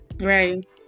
right